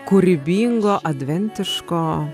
kūrybingo adventiško